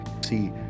See